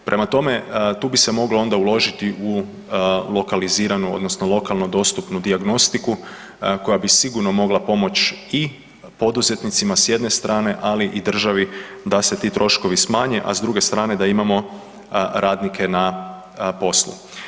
Prema tome, tu bi se moglo onda uložiti u lokaliziranu odnosno lokalno dostupnu dijagnostiku koja bi sigurno mogla pomoći i poduzetnicima s jedne strane, ali i državi da se ti troškovi smanje, a s druge strane da imamo radnike na poslu.